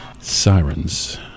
sirens